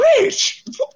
Rich